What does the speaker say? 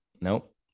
Nope